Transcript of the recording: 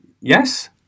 Yes